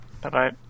Bye-bye